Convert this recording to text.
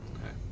Okay